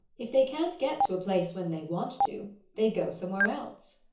if they can't get to a place when they want to they go somewhere else.